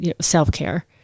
self-care